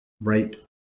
rape